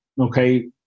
Okay